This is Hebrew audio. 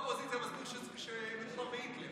באופוזיציה, מסביר שמדובר בהיטלר.